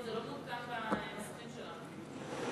זה לא מעודכן במסכים שלנו.